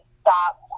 stop